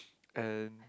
and